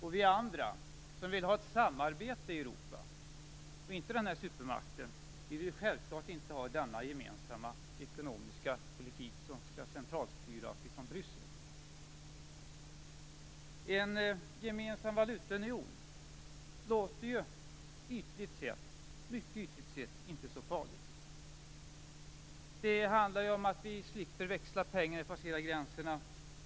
För oss andra som vill ha ett samarbete i Europa och inte en supermakt är det självklart att inte ha denna gemensamma ekonomiska politik som skall centralstyras från Bryssel. En gemensam valutaunion låter ytligt sett inte så farligt. Det handlar om att vi slipper växla pengar när vi passerar gränserna.